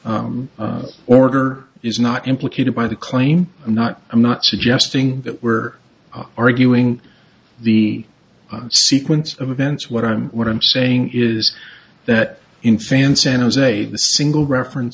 that order is not implicated by the claim i'm not i'm not suggesting that we're arguing the sequence of events what i'm what i'm saying is that in fan centers a single reference